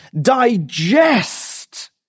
digest